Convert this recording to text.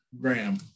Graham